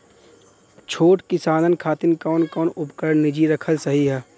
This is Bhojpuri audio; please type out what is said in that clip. छोट किसानन खातिन कवन कवन उपकरण निजी रखल सही ह?